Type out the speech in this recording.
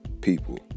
people